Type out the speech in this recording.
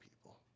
people